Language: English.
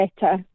better